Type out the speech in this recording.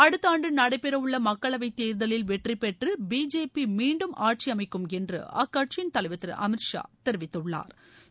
அடுத்த ஆண்டு நடைபெற உள்ள மக்களவைத் தேர்தலில் வெற்றிபெற்று பிஜேபி மீண்டும் ஆட்சியமைக்கும் என்று அக்கட்சியின் தலைவா் திரு அமித் ஷா தெரிவித்துள்ளாா்